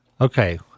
Okay